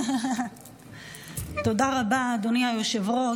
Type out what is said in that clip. תודה רבה, אדוני היושב-ראש.